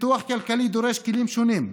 פיתוח כלכלי דורש כלים שונים,